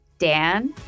dan